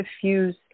diffuse